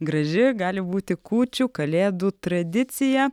graži gali būti kūčių kalėdų tradicija